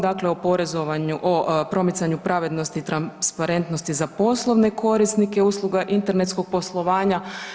Dakle, o oporezivanju, o promicanju pravednosti i transparentnosti za poslovne korisnike usluge internetskog poslovanja.